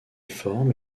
formes